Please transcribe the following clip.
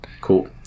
Cool